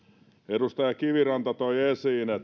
edustaja kiviranta toi